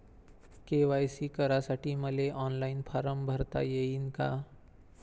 KYC करासाठी मले online form भरता येईन का?